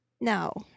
No